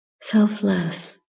selfless